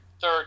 third